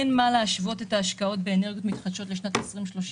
אין מה להשוות את ההשקעות באנרגיות מתחדשות לשנת 2030,